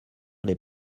les